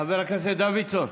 חבר הכנסת דוידסון,